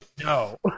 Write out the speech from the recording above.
No